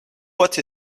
what